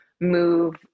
move